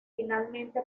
finalmente